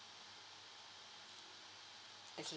okay